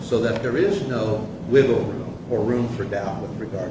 so that there is no wiggle room or room for doubt with regard